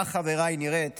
כך, חבריי, נראית